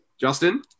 Justin